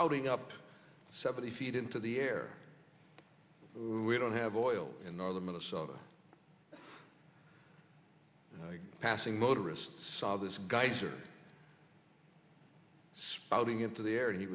outing up seventy feet into the air we don't have oil in northern minnesota passing motorists saw this guys are spouting into the air and he